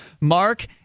Mark